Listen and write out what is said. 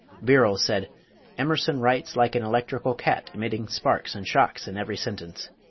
birrell said emerson writes like an electrical cat emitting sparks and shocks in every sentence.